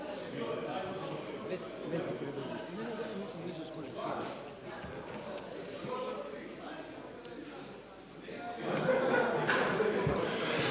Hvala vam